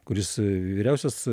kuris vyriausias